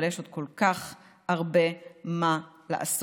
אבל יש עוד כל כך הרבה מה לעשות.